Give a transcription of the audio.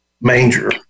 manger